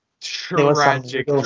tragic